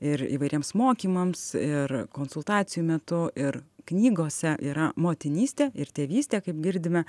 ir įvairiems mokymams ir konsultacijų metu ir knygose yra motinystė ir tėvystė kaip girdime